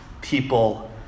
people